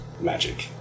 magic